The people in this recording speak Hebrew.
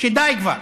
שדי כבר.